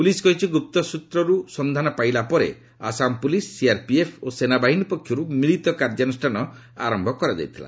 police କହିଛି ଗୁପ୍ତ ସୂତ୍ରରୁ ସନ୍ଧାନ ପାଇଲାପରେ ଆସାମ ପୁଲିସ ସିଆର୍ପିଏଫ୍ ଓ ସେନାବାହିନୀ ପକ୍ଷରୁ ମିଳିତ କାର୍ଯ୍ୟାନୁଷ୍ଠାନ ଆରମ୍ଭ କରାଯାଇଥିଲା